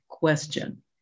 Question